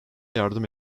yardım